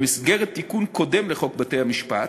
במסגרת תיקון קודם לחוק בתי-המשפט,